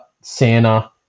santa